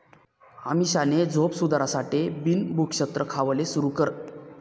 अमीषानी झोप सुधारासाठे बिन भुक्षत्र खावाले सुरू कर